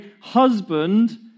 husband